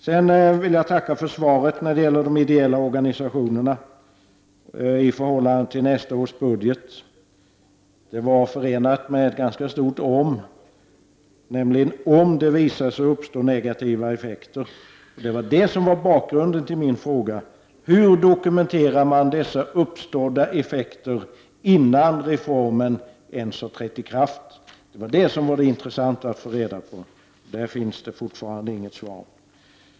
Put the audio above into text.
Sedan vill jag tacka för svaret när det gäller behandlingen av de ideella organisationerna i nästa års budget. Det var dock förenat med ganska mycket ”om”, nämligen ”om” det visar sig uppstå negativa effekter, sade hon. Det var just bakgrunden till min fråga: Hur dokumenterar man dessa uppstådda effekter innan reformen ens har trätt i kraft? Det vore intressant att få reda på det. Där fick jag inget svar.